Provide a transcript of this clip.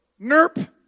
NERP